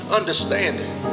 understanding